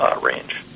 range